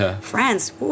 France